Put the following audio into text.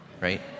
right